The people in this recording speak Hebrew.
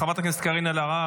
חברת הכנסת קארין אלהרר,